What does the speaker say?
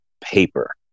paper